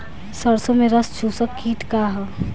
सरसो में रस चुसक किट का ह?